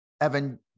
Evan